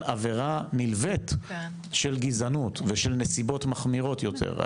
עבירה נלווית של גזענות ושל נסיבות מחמירות יותר?